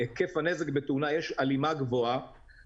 צמיג של קטנוע עולה בין 600 ל-1,200 שקל,